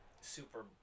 Super